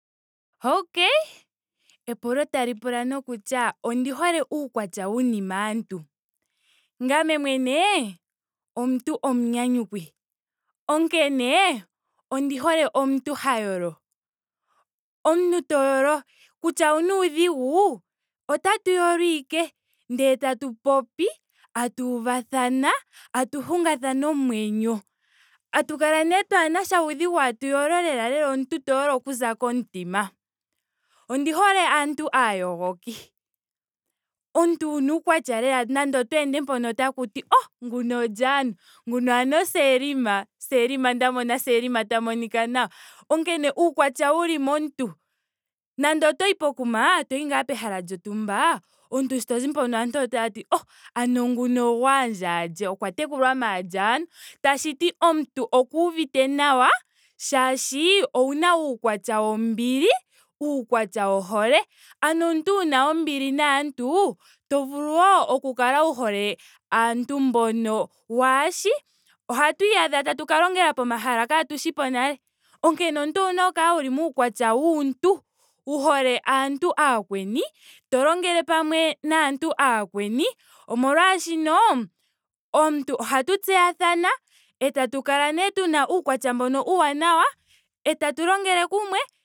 Okay. epulo tali pula kutya ondi hole uukwatya wuni maantu? Ngame mwene omuntu omunyanyuki. Onkene ondi hole omuntu ha yolo. Omuntu to yolo kutya owuna uudhigu. otatu yolo ashike. ndele tatu popi. tatu uvathana. tatu hungathana omwenyo. Tatu kala nee twaashana uudhigu tatu yolo lela lela omuntu to yolo okuza komutima. Ondi hole aantu aayogoki omuntu wuna uukwatya lela nande opo ende mpono otaku ti oh! Nguno olye ano? Nguno ano o selma? Nda mona selma ta monika nawa. Onkene uukwatya wuli momuntu. nando otoyi pokuma. toyi ngaa pehala lyontumba omuntu to zi mpono aantu otaaati oh! Ano nguno ogwaandja lye? Okwa tekulwa maalye ano? Tashiti omuntu okuuvite nawa molwaashoka ouna uukwatya wombili. uukwatya wohole. ano omuntu wuna ombili naantu. to vulu wo oku kala wu hole aantu mbono waaheshi. Ohatu ka iyadha tatu ka longela pomahala kaatushi po nale. onkene omuntu owuna oku kala muukwatya wuuntu. wu hole aantu aakweni. to longele pamwe naantu aakweni. omolwaashoka omuntu ohatu tseyathana. etatu kala nee tuna uukwatya mbono uuwanawa. etatu longele kumwe